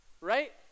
right